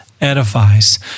edifies